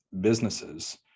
businesses